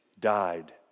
died